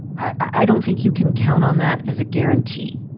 i don't think you can count on that as a guarantee.